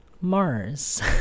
Mars